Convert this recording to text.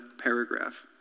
paragraph